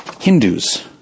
Hindus